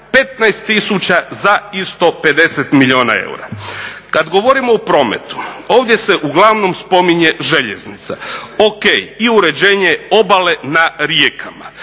15 000 za isto 50 milijuna eura. Kad govorimo o prometu, ovdje se uglavnom spominje željeznica. O.k. i uređenje obale na rijekama.